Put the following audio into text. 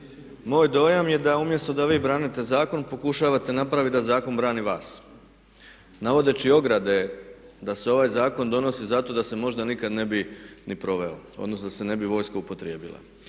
moj dojam je da umjesto da vi branite zakon pokušavate napraviti da zakon brani vas navodeći ograde da se ovaj zakon donosi zato da se možda nikada ne bi ni proveo, odnosno da se ne bi vojska upotrijebila.